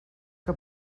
que